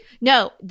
No